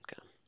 Okay